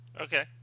Okay